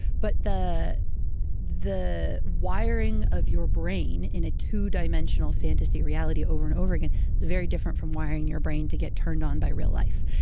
but the the wiring of your brain in a two dimensional fantasy reality over and over again is very different from wiring your brain to get turned on by real life.